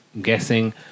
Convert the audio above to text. guessing